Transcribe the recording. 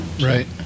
Right